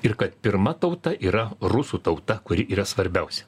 ir kad pirma tauta yra rusų tauta kuri yra svarbiausia